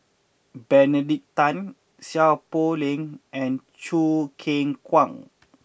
Benedict Tan Seow Poh Leng and Choo Keng Kwang